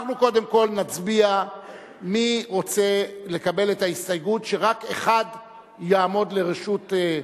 אנחנו קודם כול נצביע מי רוצה לקבל את ההסתייגות שרק אחד יעמוד לרשות,